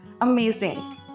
amazing